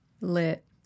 Lit